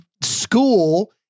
school